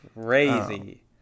crazy